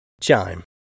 Chime